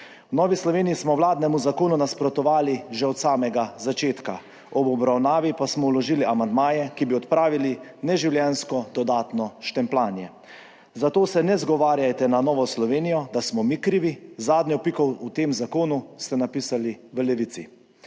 V Novi Sloveniji smo vladnemu zakonu nasprotovali že od samega začetka. Ob obravnavi pa smo vložili amandmaje, ki bi odpravili neživljenjsko dodatno štempljanje. Zato se ne izgovarjajte na Novo Slovenijo, da smo mi krivi. Zadnjo piko v tem zakonu ste napisali 11.